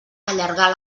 allargar